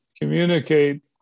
communicate